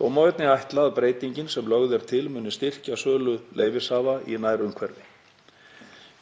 Þó má einnig ætla að breytingin sem lögð er til muni styrkja sölu leyfishafa í nærumhverfi.